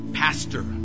pastor